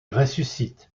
ressuscite